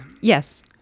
yes